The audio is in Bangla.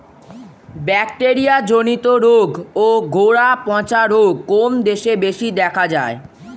ব্যাকটেরিয়া জনিত রোগ ও গোড়া পচা রোগ কোন দেশে বেশি দেখা যায়?